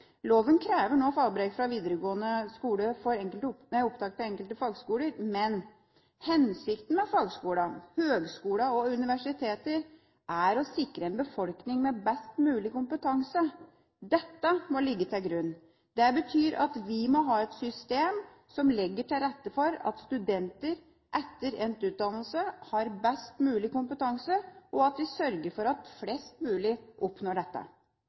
Loven krever nå fagbrev fra videregående skole for opptak til enkelte fagskoler, men hensikten med fagskolene, høgskolene og universitetene er å sikre en befolkning med best mulig kompetanse. Dette må ligge til grunn. Det betyr at vi må ha et system som legger til rette for at studentene etter endt utdannelse har best mulig kompetanse, og at vi sørger for at flest mulig oppnår dette.